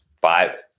five